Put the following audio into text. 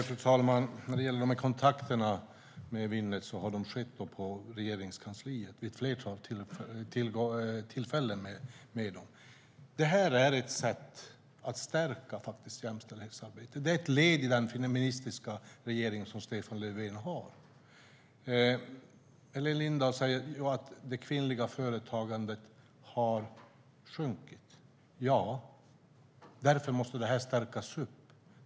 Fru talman! När det gäller dessa kontakter med Winnet har de skett på Regeringskansliet vid ett flertal tillfällen. Detta är faktiskt ett sätt att stärka jämställdhetsarbetet. Det är ett led i arbetet för den feministiska regering som Stefan Löfven har. Helena Lindahl säger att det kvinnliga företagandet har minskat. Ja, därför måste detta arbete förstärkas.